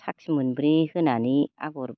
साखि मोनब्रै होनानै आगर